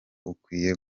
ukwiye